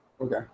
Okay